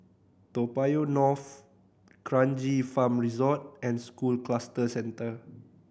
Toa Payoh North Kranji Farm Resort and School Cluster Centre